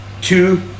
two